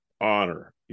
honor